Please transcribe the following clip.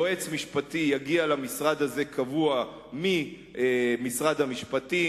יועץ משפטי קבוע יגיע למשרד הזה ממשרד המשפטים,